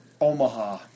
Omaha